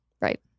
right